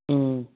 ꯎꯝ